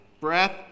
breath